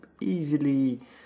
easily